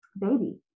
baby